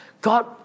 God